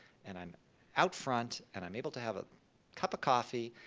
and i'm out front, and i'm able to have a cup of coffee,